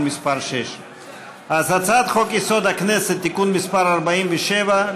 מס' 6). אז הצעת חוק-יסוד: הכנסת (תיקון מס' 47),